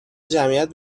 جمعیت